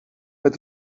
met